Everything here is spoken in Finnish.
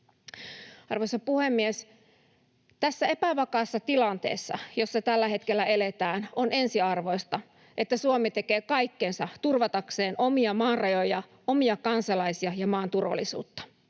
Arvoisa puhemies! Tässä epävakaassa tilanteessa, jossa tällä hetkellä eletään, on ensiarvoista, että Suomi tekee kaikkensa turvatakseen omia maan rajoja, omia kansalaisia ja maan turvallisuutta.